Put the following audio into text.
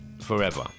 forever